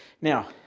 Now